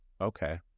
Okay